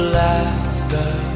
laughter